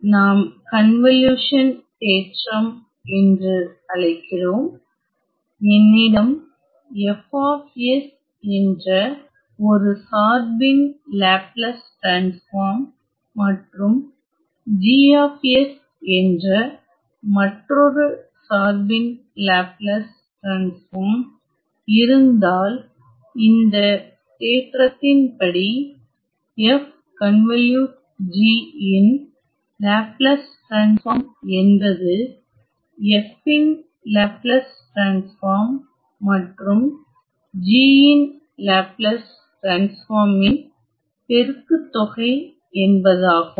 நாம் இதை கன்வலியுசன் தேற்றம் என்று அழைக்கிறோம் என்னிடம் F என்ற ஒரு சார்பின் லேப்லஸ் டிரான்ஸ்பார்ம் மற்றும் G என்ற மற்றொரு சார்பின் லேப்லஸ் டிரான்ஸ்பார்ம் இருந்தால் இந்த தேற்றத்தின் படி fg இன் லேப்லஸ் டிரான்ஸ்பார்ம் என்பது f இன் லேப்லஸ் டிரான்ஸ்பார்ம் மற்றும் g இன் லேப்லஸ் டிரான்ஸ்பார்ம் இன் பெருக்குத் தொகை என்பதாகும்